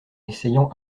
essayant